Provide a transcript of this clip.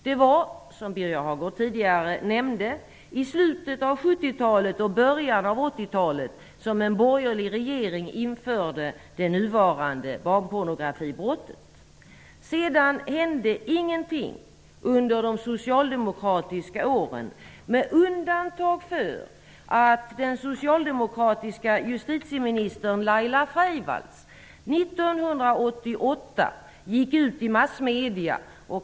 Det var, som Birger Hagård tidigare nämnde, i slutet av 1970-talet och början av 1980-talet som en borgerlig regering införde det nuvarande barnpornografibrottet. Sedan hände ingenting under de socialdemokratiska åren med undantag för att den socialdemokratiska justitieministern Laila Freivalds 1988 gick ut i massmedia.